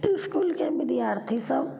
इसकुलके विद्यार्थीसभ